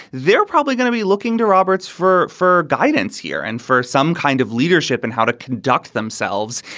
they're probably going to be looking to roberts for for guidance here and for some kind of leadership and how to conduct themselves.